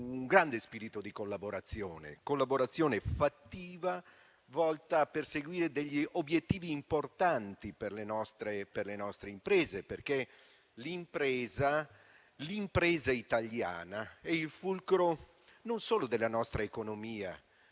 un grande spirito di collaborazione: una collaborazione fattiva, volta perseguire degli obiettivi importanti per le nostre imprese. Questo perché l'impresa italiana è fulcro non solo della nostra economia